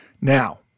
Now